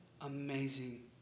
amazing